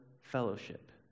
fellowship